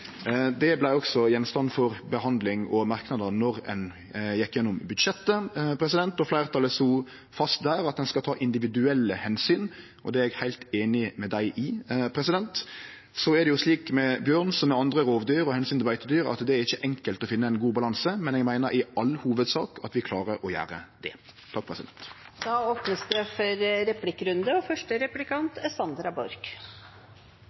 Det var også gjenstand for behandling og merknader då ein gjekk gjennom budsjettet, og fleirtalet slo der fast at ein skal ta individuelle omsyn. Det er eg heilt einig med dei i. Så er det slik med bjørn som med andre rovdyr og omsynet til beitedyr at det ikkje er enkelt å finne ein god balanse, men eg meiner i all hovudsak at vi klarer å gjere det. Det blir replikkordskifte. Vi var mange som la merke til at regjeringen i statsbudsjettet for